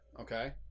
Okay